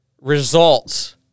results